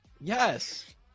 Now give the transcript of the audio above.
Yes